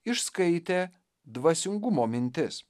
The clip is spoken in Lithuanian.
išskaitė dvasingumo mintis